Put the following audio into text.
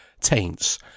taints